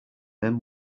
then